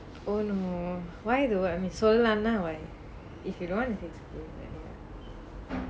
oh no why though I mean சொல்லான:sollaana why if you don't want to say it's okay but ya